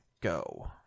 go